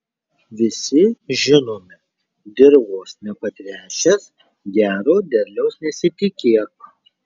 visi žinome dirvos nepatręšęs gero derliaus nesitikėk